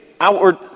outward